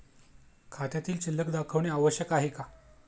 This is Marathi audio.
खात्यातील शिल्लक दाखवणे आवश्यक आहे का?